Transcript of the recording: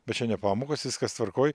bet čia ne pamokos viskas tvarkoj